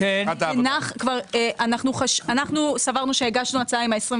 אנחנו סברנו שהגשנו הצעה עם ה-21.